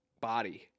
body